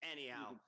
Anyhow